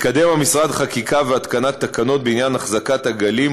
המשרד מקדם חקיקה והתקנת תקנות בעניין החזקת עגלים,